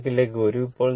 ഈ കണക്കിലേക്ക് വരൂ